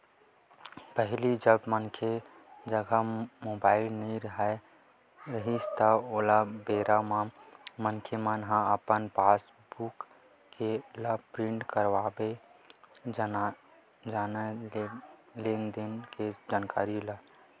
पहिली जब मनखे जघा मुबाइल नइ राहत रिहिस हे ओ बेरा म मनखे मन ह अपन पास बुक ल प्रिंट करवाबे जानय लेन देन के जानकारी ला